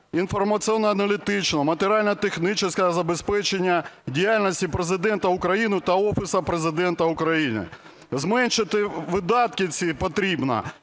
інформаційно-аналітичного, матеріально-технічного забезпечення діяльності Президента України та Офісу Президента України. Зменшити видатки ці потрібно